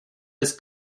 his